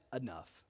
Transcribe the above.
enough